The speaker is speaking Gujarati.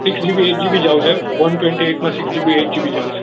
સિક્સ જીબી એઇટ જીબી જ આવશે વન ટવેન્ટી એઇટ માં સિક્સ જીબી એઇટ જીબી જ આવશે